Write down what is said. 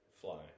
fly